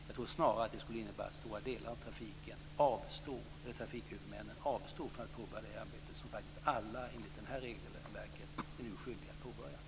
Jag tror snarare att det skulle innebära att trafikhuvudmännen i stor utsträckning skulle avstå från att påbörja det arbete som faktiskt alla enligt den aktuella regeln i själva verket är skyldiga att påbörja.